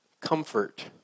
Comfort